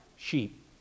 sheep